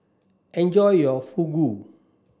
enjoy your Fugu